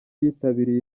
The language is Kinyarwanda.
yitabiriye